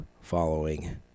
following